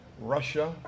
Russia